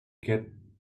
get